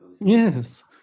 Yes